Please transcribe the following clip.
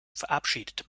verabschiedete